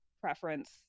preference